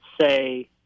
say